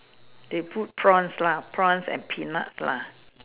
they put prince lah prince an piece lah